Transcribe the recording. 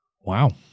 Wow